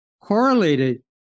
correlated